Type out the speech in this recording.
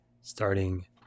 starting